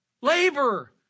Labor